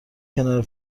کنار